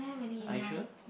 are you sure